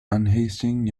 unhasting